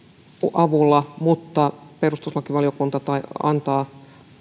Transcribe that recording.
avulla mutta perustuslakivaliokunta antaa